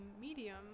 medium